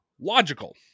logical